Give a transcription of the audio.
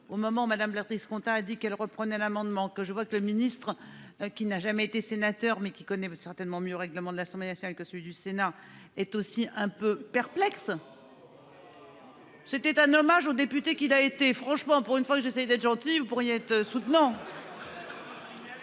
au moment madame ce on a a dit qu'elle reprenait l'amendement que je vois que le ministre qui n'a jamais été sénateur mais qui connaît certainement mieux règlement de l'Assemblée nationale que celui du Sénat, est aussi un peu perplexe. C'était un hommage aux députés qu'il a été franchement pour une fois que j'essaie d'être gentil, vous pourriez être soutenant.